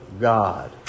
God